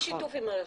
בשיתוף הרשות.